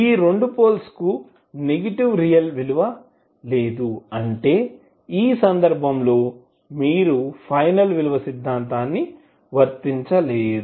ఈ రెండు పోల్స్ లకు నెగటివ్ రియల్ విలువ లేదు అంటే ఈ సందర్భంలో మీరు ఫైనల్ విలువ సిద్ధాంతాన్ని వర్తించలేరు